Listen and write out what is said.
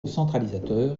centralisateur